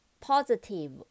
Positive